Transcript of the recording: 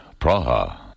Praha